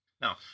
now